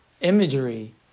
imagery